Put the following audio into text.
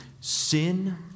sin